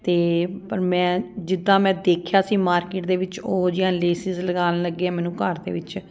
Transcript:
ਅਤੇ ਪਰ ਮੈਂ ਜਿੱਦਾਂ ਮੈਂ ਦੇਖਿਆ ਸੀ ਮਾਰਕੀਟ ਦੇ ਵਿੱਚ ਉਹੋ ਜਿਹੀਆਂ ਲੇਸਿਸ ਲਗਾਉਣ ਲੱਗੇ ਮੈਨੂੰ ਘਰ ਦੇ ਵਿੱਚ